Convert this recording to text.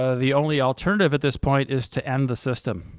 ah the only alternative at this point is to end the system.